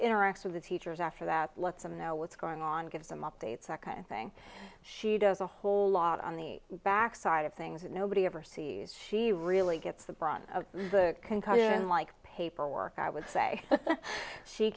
interacts with the teachers after that lets them know what's going on gives them updates eka thing she does a whole lot on the back side of things that nobody ever sees she really gets the brunt of the concussion like paperwork i would say she